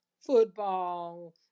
football